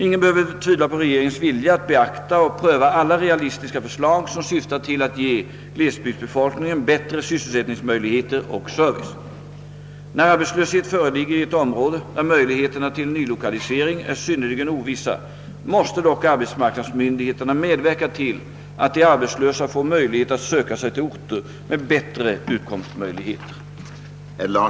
Ingen behöver tvivla på regeringens vilja att beakta och pröva alla realistiska förslag som syftar till att ge glesbygdsbefolkningen «bättre sysselsättningsmöjligheter och service. När arbetslöshet föreligger i ett område där möjligheterna till nylokalisering är synnerligen ovissa måste dock arbetsmårknadsmyndigheterna medverka till att de arbetslösa får möjlighet att söka sig till orter med bättre utkomstmöjligheter.